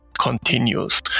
continues